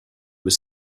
was